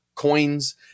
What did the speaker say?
coins